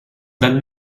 dal